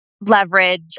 leverage